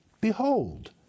behold